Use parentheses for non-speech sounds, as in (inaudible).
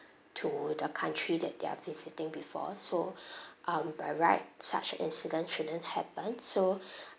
to the country that they're visiting before so (breath) um by right such incidents shouldn't happen so (breath)